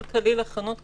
איפה אתה צריך לעמוד,